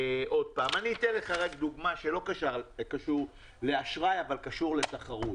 אני אתן לך רק דוגמה שלא קשורה לאשראי אבל קשורה לתחרות.